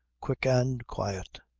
quick and quiet.